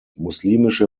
muslimische